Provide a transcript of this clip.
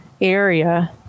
area